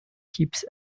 keeps